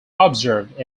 observed